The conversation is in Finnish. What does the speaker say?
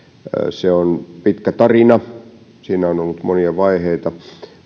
se on pitkä tarina siinä on ollut monia vaiheita